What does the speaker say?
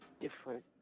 different